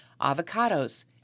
Avocados